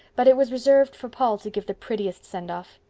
but it was reserved for paul to give the prettiest send-off.